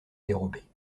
dérobée